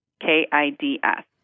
K-I-D-S